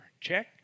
Check